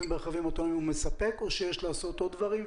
ברכבים אוטונומיים הוא מספק או שיש לעשות עוד דברים,